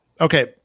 Okay